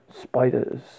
spiders